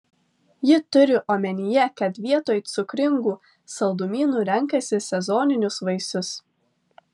ji turi omenyje kad vietoj cukringų saldumynų renkasi sezoninius vaisius